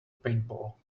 paintball